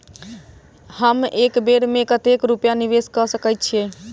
हम एक बेर मे कतेक रूपया निवेश कऽ सकैत छीयै?